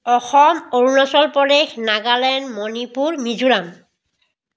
Assam Arunachal Pradesh Nagaland Manipur Mizoram